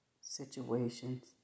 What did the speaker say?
situations